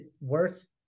worth